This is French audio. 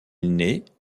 naît